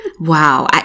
Wow